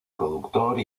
productor